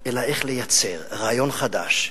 אלא איך לייצר רעיון חדש.